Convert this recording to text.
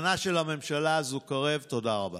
המנהיג העליון מסתיר ממנה שהסטודנטים אינם